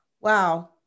Wow